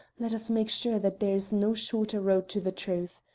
let us make sure that there is no shorter road to the truth.